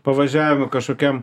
pavažiavimui kažkokiam